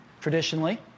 traditionally